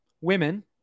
Women